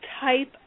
type